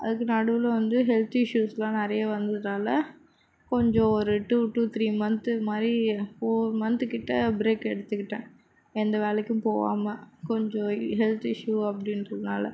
அதுக்கு நடுவில் வந்து ஹெல்த் இஷ்யூஸ்லாம் நிறைய வந்ததால் கொஞ்சம் ஒரு டு டு த்ரீ மன்த் மாதிரி ஃபோர் மன்த்து கிட்ட பிரேக் எடுத்துக்கிட்டேன் எந்த வேலைக்கும் போவாமல் கொஞ்சம் ஹெல்த் இஷ்யு அப்படின்றனால